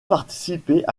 participait